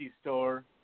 store